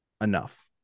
enough